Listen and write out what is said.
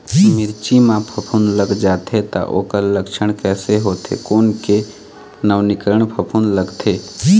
मिर्ची मा फफूंद लग जाथे ता ओकर लक्षण कैसे होथे, कोन के नवीनीकरण फफूंद लगथे?